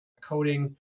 coding